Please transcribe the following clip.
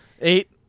Eight